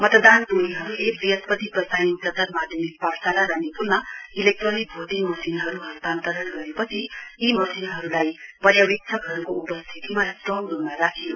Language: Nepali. मतदान टोलीहरुले वृहस्पति प्रसाई उच्चतर माध्यमिक पाठशाला रानीपूलमा इलेक्ट्रोनिक भोटिङ मशिनहरु हस्तान्तरण गरेपछि यी मशिनहरुलाई पर्यावेक्षकहरुको उपस्थितीमा स्ट्रङ रुममा राखियो